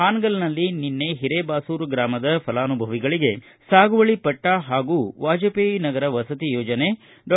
ಹಾನಗಲ್ನಲ್ಲಿ ನಿನ್ನೆ ಹಿರೇಬಾಸೂರ ಗ್ರಾಮದ ಫಲಾನುಭವಿಗಳಿಗೆ ಸಾಗುವಳಿ ಪಟ್ಟಾ ಹಾಗೂ ವಾಜಪೇಯಿ ನಗರ ವಸತಿ ಯೋಜನೆ ಡಾ